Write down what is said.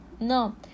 No